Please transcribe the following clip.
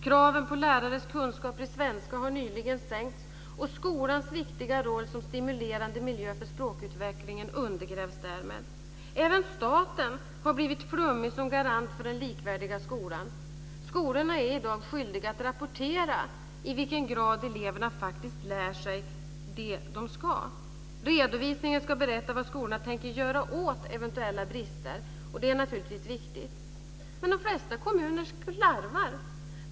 Kraven på lärares kunskaper i svenska har nyligen sänkts och skolans viktiga roll som stimulerande miljö för språkutvecklingen undergrävs därmed. Även staten har blivit flummig som garant för den likvärdiga skolan. Skolorna är i dag skyldiga att rapportera i vilken grad eleverna faktiskt lär sig det de ska. Redovisningen ska berätta vad skolorna tänker göra åt eventuella brister, och det är naturligtvis viktigt. Men de flesta kommuner slarvar.